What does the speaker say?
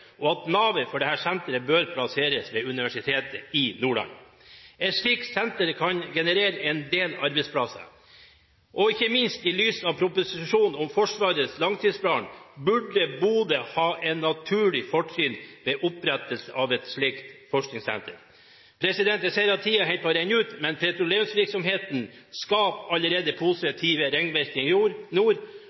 og at navet for dette senteret plasseres ved Universitetet i Nordland. Et slikt senter kan generere en del arbeidsplasser. Ikke minst i lys av proposisjonen om Forsvarets langtidsplan burde Bodø ha et naturlig fortrinn ved opprettelsen av et slikt forskningssenter. Jeg ser at tiden holder på å renne ut, men: Petroleumsvirksomheten skaper allerede positive ringvirkninger i nord,